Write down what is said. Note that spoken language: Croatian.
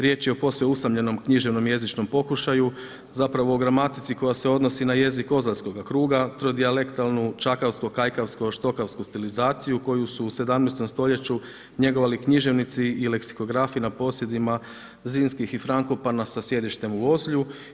Riječ je o posve usamljenom književnom jezičnom pokušaju, zapravo o gramatici koja se odnosi na jezik ozaljskoga kruga, trodijalektalnu čakavsko-kajkavsko-štokavsku stilizaciju koju su u 17. stoljeću njegovali književnici i leksikografi na posjedima Zrinskih i Frankopana sa sjedištem u Ozlju.